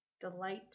delight